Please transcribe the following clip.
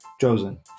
chosen